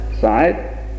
side